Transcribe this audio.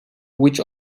which